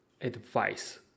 advice